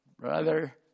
Brother